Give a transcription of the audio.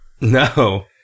No